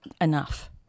enough